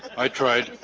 i tried